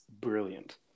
brilliant